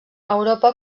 europa